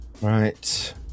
Right